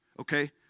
Okay